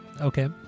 Okay